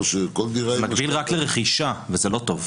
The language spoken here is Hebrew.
זה מגביל רק לרכישה, וזה לא טוב.